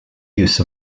use